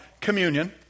communion